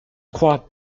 crois